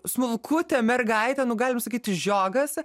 smulkutė mergaitė nu galim sakyti žiogas